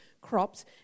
crops